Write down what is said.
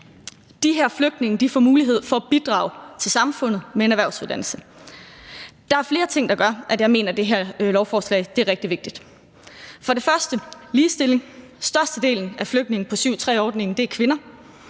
De her flygtninge får mulighed for at bidrage til samfundet med en erhvervsuddannelse. Der er flere ting der gør, at jeg mener, at det her lovforslag er rigtig vigtigt. For det første giver det mere ligestilling. Størstedelen af flygtninge på § 7, stk. 3-ordningen er kvinder